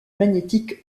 magnétiques